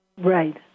Right